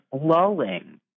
lulling